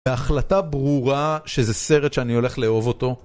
והחלטה ברורה שזה סרט שאני הולך לאהוב אותו.